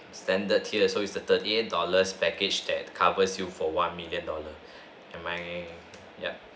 standard here so it's the thirty eight dollars package that covers you for one million dollar am I yup